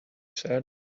said